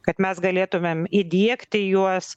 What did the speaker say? kad mes galėtumėm įdiegti juos